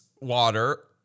water